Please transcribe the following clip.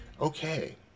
Okay